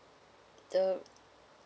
err